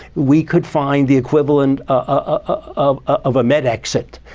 we could find the equivalent ah of of a med-exit.